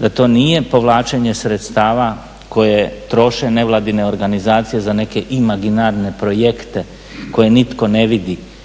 da to nije povlačenje sredstava koje troše nevladine organizacije za neke imaginarne projekte koje nitko ne vidi,